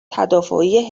تدافعی